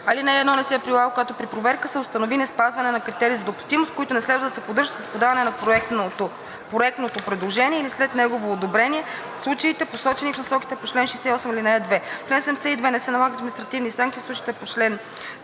Алинея 1 не се прилага, когато при проверката се установи неспазване на критерии за допустимост, които не следва да се поддържат след подаване на проектното предложение или след неговото одобрение в случаите, посочени в насоките по чл. 68, ал. 2. Чл. 72. Не се налагат административни санкции в случаите по чл.